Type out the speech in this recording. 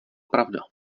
pravda